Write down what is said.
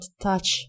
touch